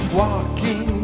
walking